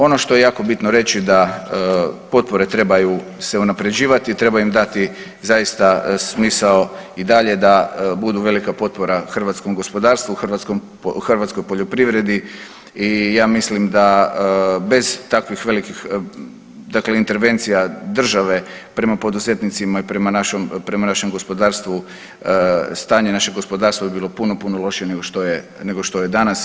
Ono što je jako bitno reći da potpore trebaju se unaprjeđivati, treba im dati zaista smisao i dalje da budu velika potpora hrvatskom gospodarstvu, hrvatskoj poljoprivredi i ja mislim da bez takvih veliki dakle intervencija države prema poduzetnicima i prema našem gospodarstvu stanje našeg gospodarstva bi bilo puno, puno lošije nego je, nego što je danas.